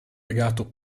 legato